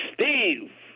Steve